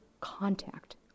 contact